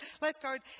lifeguard